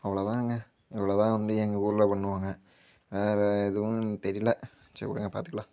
அவ்வளோதாங்க இவ்வளோதான் வந்து எங்கள் ஊர்ல பண்ணுவாங்க வேற எதுவும் எனக்கு தெரியல சரி விடுங்க பார்த்துக்கலாம்